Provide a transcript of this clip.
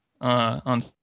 on